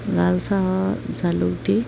লাল চাহত জালুক দি